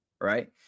Right